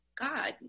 God